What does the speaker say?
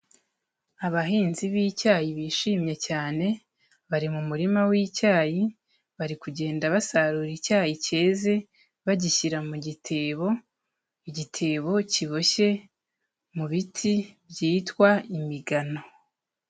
Abahinzi b'icyayi bishimye cyane bari mu murima w'icyayi, bari kugenda basarura icyayi cyeze bagishyira mu gitebo, igitebo kiboshye mu biti byitwa imigano.